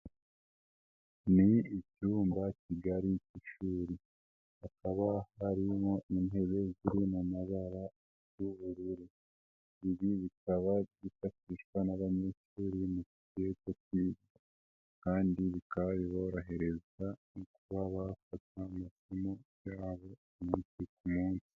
Ni icyumbakigari cy'ishuri, hakaba harimo intebe ziri mu mabara y'ubururu, ibi bikaba byifashishwa n'abanyeshuri mu gihe cyo kwiga kandi bikaborohereza mu kuba bafata amasomo yabo umunsi ku munsi.